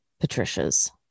Patricia's